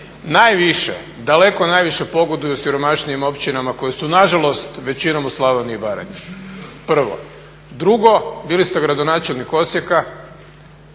najviše, daleko najviše pogoduju siromašnijim općinama koje su nažalost većinom u Slavoniji i Baranji. Prvo. Drugo, bili ste gradonačelnik Osijeka,